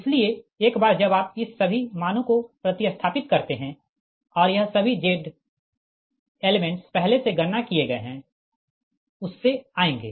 इसलिए एक बार जब आप इस सभी मानों को प्रति स्थापित करते है और यह सभी Z एलेमेंट्स पहले से गणना किए गए है उस से आएँगे